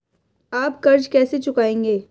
आप कर्ज कैसे चुकाएंगे?